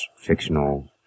fictional